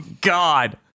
god